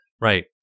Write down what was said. Right